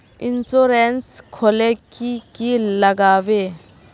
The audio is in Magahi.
इंश्योरेंस खोले की की लगाबे?